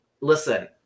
listen